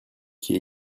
qui